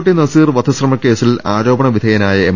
T Naseer വധശ്രമ കേസിൽ ആരോപണ വിധേയനായ എം